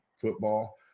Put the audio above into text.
football